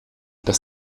dass